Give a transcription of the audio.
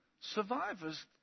Survivors